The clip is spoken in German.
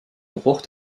geruch